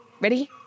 Ready